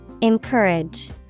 Encourage